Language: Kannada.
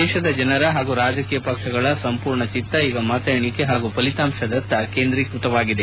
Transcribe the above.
ದೇಶದ ಜನರ ಹಾಗೂ ರಾಜಕೀಯ ಪಕ್ಷಗಳ ಸಂಪೂರ್ಣ ಚಿತ್ತ ಈಗ ಮತ ಎಣಿಕೆ ಹಾಗೂ ಫಲಿತಾಂಶದತ್ತ ಕೇಂದ್ರೀಕೃತವಾಗಿದೆ